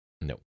No